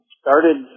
started